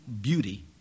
beauty